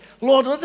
Lord